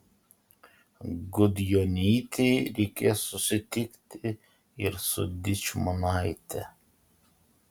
gudjonytei reikės susitikti ir su dičmonaite